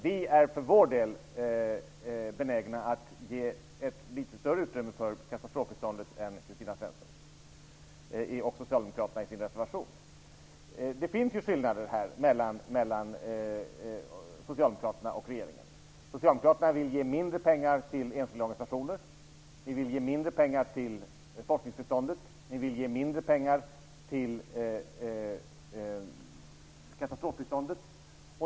Vi är för vår del benägna att ge ett litet större utrymme för katastrofbiståndet än vad Kristina Svensson och socialdemokraterna är i sin reservation. Här finns skillnader mellan socialdemokraterna och regeringen. Socialdemokraterna vill ge mindre pengar till enskilda organisationer, forksningsbiståndet och katastrofbiståndet.